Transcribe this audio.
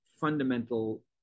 fundamental